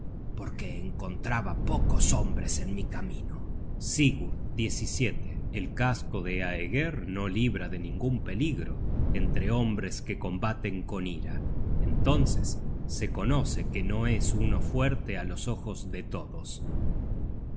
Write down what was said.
porque encontraba pocos hombres en mi camino sigurd el casco de aeger no libra de ningun peligro entre hombres que combaten con ira entonces se conoce que no es uno fuerte á los ojos de todos